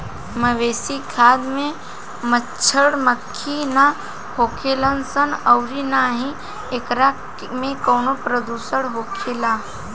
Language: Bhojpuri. मवेशी खाद में मच्छड़, मक्खी ना होखेलन अउरी ना ही एकरा में कवनो प्रदुषण होखेला